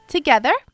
Together